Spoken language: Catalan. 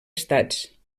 estats